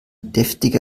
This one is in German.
deftige